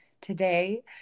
today